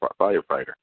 firefighter